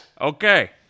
Okay